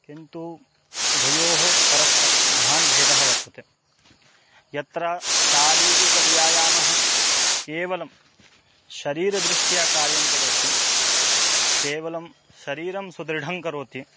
किन्तु उभयोः परस्परं महान् भेदः वर्तते यत्र शारीरिकव्यायामः केवलं शरीरदृष्ट्या कार्यं करोति केवलं शरीरं सुदृढं करोति